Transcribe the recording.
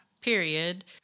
period